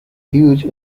huge